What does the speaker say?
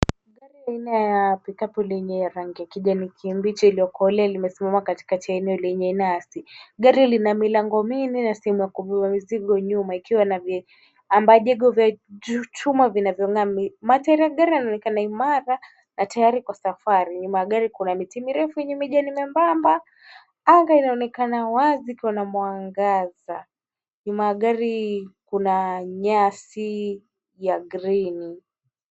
Gari aina ya pikapu lenye rangi ya kijani kibichi ilioko ule imesimama katikati ya eneo lenye nyasi. Gari lina milango minne na sehemu ya kubeba mizigo nyuma ikiwa na viambajigo vya chuma vinavyong'aa. Mataa ya gari yanaonekana imara na tayari kwa safari. Nyuma ya gari kuna miti mirefu yenye majani membamba. Anga inaonekana wazi ikiwa na mwangaza. Nyuma ya gari kuna nyasi ya green .